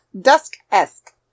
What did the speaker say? Dusk-esque